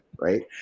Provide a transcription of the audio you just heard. Right